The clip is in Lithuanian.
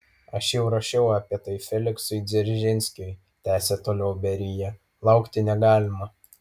aš jau rašiau apie tai feliksui dzeržinskiui tęsė toliau berija laukti negalima